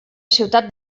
ciutat